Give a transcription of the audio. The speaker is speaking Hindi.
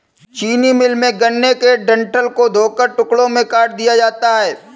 चीनी मिल में, गन्ने के डंठल को धोकर टुकड़ों में काट दिया जाता है